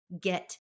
get